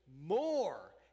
more